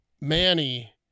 Manny